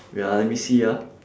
wait ah let me see ah